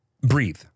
Breathe